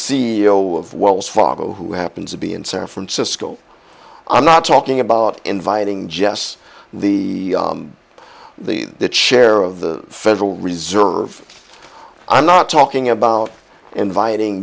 o of wells fargo who happens to be in san francisco i'm not talking about inviting jess the the the chair of the federal reserve i'm not talking about inviting